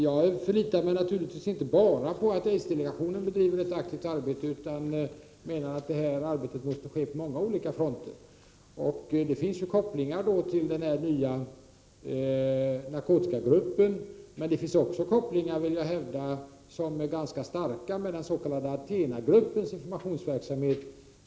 Jag förlitar mig naturligtvis inte bara på att aidsdelegationen bedriver ett aktivt arbete, utan jag menar att detta arbete måste ske på många olika fronter. Det finns ju kopplingar till den nya narkotikagruppen, men jag vill hävda att det även finns ganska starka kopplingar med den s.k. Athenagruppens informationsverksamhet.